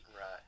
Right